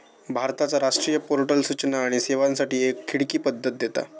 भारताचा राष्ट्रीय पोर्टल सूचना आणि सेवांसाठी एक खिडकी पद्धत देता